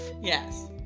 yes